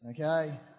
okay